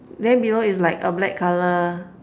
then below is like a black colour